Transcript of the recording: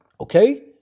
okay